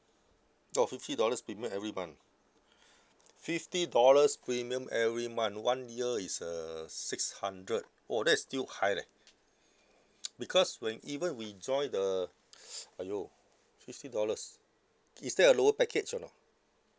oh fifty dollars premium every month fifty dollars premium every month one year is uh six hundred oh that is still high leh because when even we join the !aiyo! fifty dollars is there a lower package or not